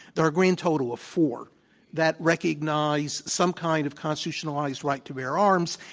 there are a grand total of four that recognize some kind of constitutionalized right to bear arms.